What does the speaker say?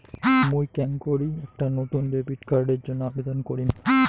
মুই কেঙকরি একটা নতুন ডেবিট কার্ডের জন্য আবেদন করিম?